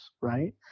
right